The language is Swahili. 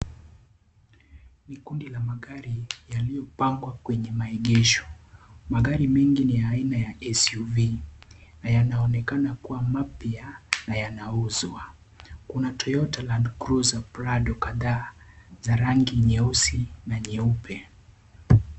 Ni vikundi la magari yaliyopangwa kwenye maegesho. Magari mengi ni aina ya suv na yanaonekana kwa mapya na yanauzwa. Kuna Toyota Land Cruiser Prado kadhaa za rangi nyeusi na nyeupe.